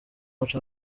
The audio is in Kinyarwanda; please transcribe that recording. umuco